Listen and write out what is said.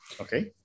Okay